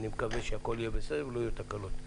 אני מקווה שהכול יהיה בסדר ולא יהיו תקלות.